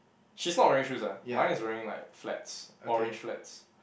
she's not wearing shoes ah mine is wearing like flats orange flats